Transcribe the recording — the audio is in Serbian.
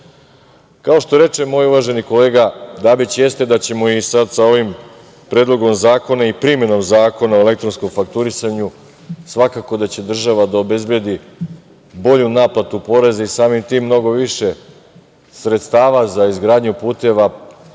što reče moj uvaženi kolege Dabić, jeste da će sa ovim Predlogom zakona i primenom Zakona o elektronskom fakturisanju svakako da će država da obezbediti bolju naplatu poreza, samim tim mnogo više sredstava za izgradnju puteva,